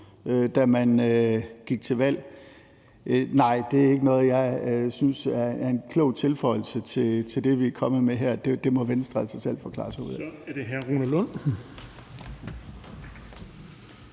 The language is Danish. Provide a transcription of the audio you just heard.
valg – vil jeg sige: Nej, det er ikke noget, jeg synes er en klog tilføjelse til det, vi er kommet med her. Det må Venstre altså selv forklare sig ud af. Kl. 13:50 Den fg.